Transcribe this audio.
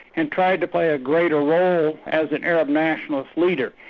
and tried to play a greater role as an arab nationalist leader.